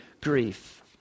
grief